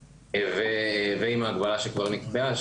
ועם ההגבלה שכבר נקבעה,